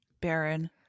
Baron